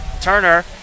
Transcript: Turner